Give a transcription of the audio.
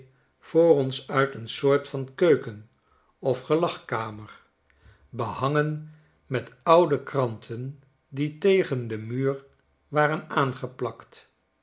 voor ons uit een soort van keuken of gelagkamer behangen met oude kranten die tegen den muur waren aangeplakt